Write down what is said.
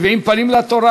"שבעים פנים לתורה",